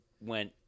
went